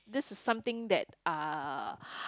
this is something that uh